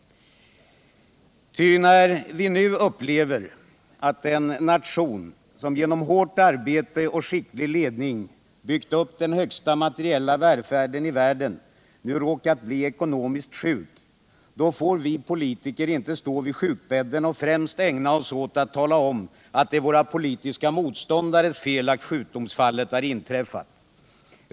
När vi upplever att en nation som genom hårt arbete och genom skicklig ledning har byggt upp den högsta materiella välfärden i världen nu har råkat bli ekonomiskt sjuk, så får vi politiker inte bara stå vid sjukbädden och främst ägna oss åt att tala om att det är våra politiska motståndares fel att sjukdomsfallet har inträffat.